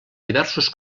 diversos